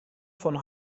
von